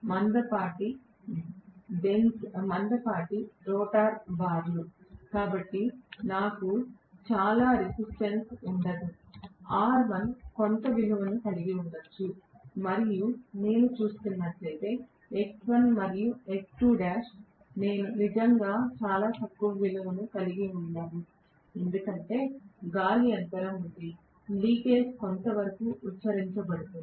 మందపాటి రోటర్ బార్లు కాబట్టి నాకు చాలా నిరోధకత ఉండదు R1 కొంత విలువను కలిగి ఉండవచ్చు మరియు నేను చూస్తున్నట్లయితే X1మరియు X2l నేను నిజంగా చాలా తక్కువ విలువను కలిగి ఉండను ఎందుకంటే గాలి అంతరం ఉంది లీకేజ్ కొంతవరకు ఉచ్ఛరించబడుతుంది